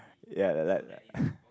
ya like that ah